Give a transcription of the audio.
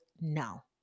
now